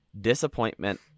disappointment